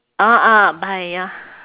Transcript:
ah ah by ya